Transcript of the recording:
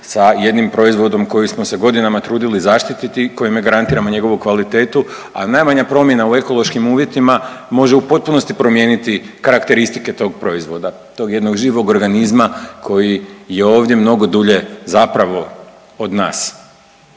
sa jednim proizvodom koji smo se godinama trudili zaštititi, kojime garantiramo njegovu kvalitetu, a najmanja promjena u ekološkim uvjetima može u potpunosti promijeniti karakteristike tog proizvoda, tog jednog živog organizma koji je ovdje mnogo dulje zapravo od nas,